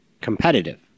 competitive